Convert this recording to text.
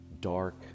dark